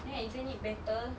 then isn't it better